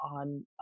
on